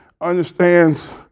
understands